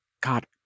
God